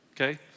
okay